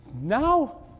Now